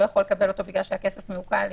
לא יכול לקבלו כי הכסף מעוקל,